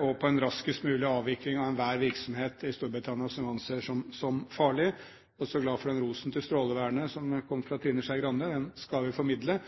og på en raskest mulig avvikling av enhver virksomhet i Storbritannia som vi anser som farlig. Jeg er også glad for den rosen til Strålevernet som kom fra Trine Skei Grande. Den skal vi formidle.